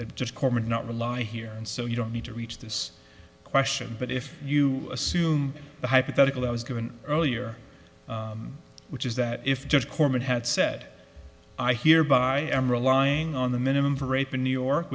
that just corpsman not rely here and so you don't need to reach this question but if you assume the hypothetical i was given earlier which is that if judge korman had said i hereby am relying on the minimum for rape in new york